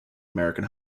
american